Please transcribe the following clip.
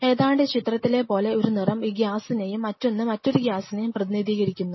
ഏതാണ്ട് ഈ ചിത്രത്തിലെ പോലെ ഒരു നിറം ഒരു ഗ്യാസിനെയും മറ്റൊന്ന് മറ്റൊരു ഗ്യാസിനെയും പ്രതിനിധീകരിക്കുന്നു